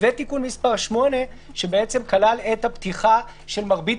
ותיקון מספר 8 שכלל את הפתיחה של מרבית